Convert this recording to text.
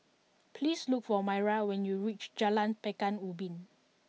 please look for Maira when you reach Jalan Pekan Ubin